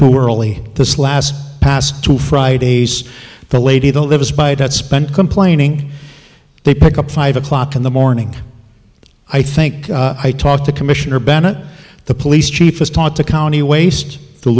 too early this last past two fridays the lady that lives by that spent complaining they pick up five o'clock in the morning i think i talked to commissioner bennett the police chief is taught to county waste the